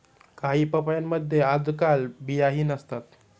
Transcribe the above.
काही पपयांमध्ये आजकाल बियाही नसतात